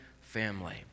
family